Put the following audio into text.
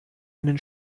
einen